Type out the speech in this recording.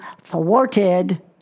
thwarted